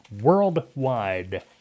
Worldwide